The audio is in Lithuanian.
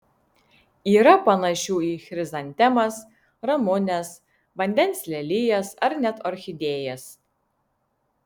yra panašių į chrizantemas ramunes vandens lelijas ar net orchidėjas